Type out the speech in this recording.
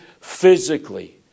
physically